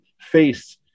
face